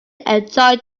enjoy